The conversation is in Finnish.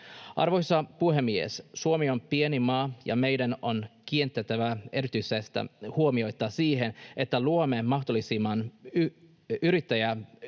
Arvoisa puhemies! Suomi on pieni maa, ja meidän on kiinnitettävä erityistä huomiota siihen, että luomme mahdollisimman yrittäjäystävällisen